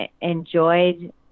enjoyed